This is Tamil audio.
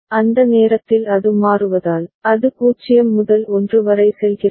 அந்த நேரத்தில் அது மாறுவதால் அது 0 முதல் 1 வரை செல்கிறது